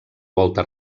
volta